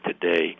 today